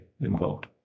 involved